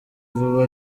vuba